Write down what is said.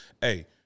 hey